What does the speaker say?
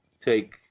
take